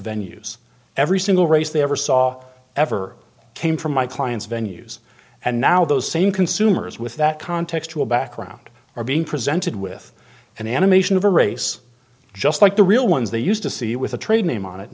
venue's every single race they ever saw ever came from my clients venues and now those same consumers with that contextual background are being presented with an animation of a race just like the real ones they used to see with a trade name on it